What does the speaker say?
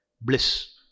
bliss